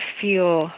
feel